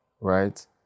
right